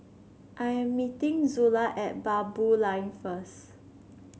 I am meeting Zula at Baboo Lane first